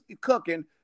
cooking